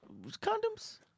condoms